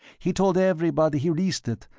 he told everybody he leased it,